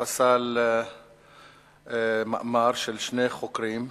פסל מאמר של שני חוקרים,